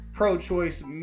Pro-choice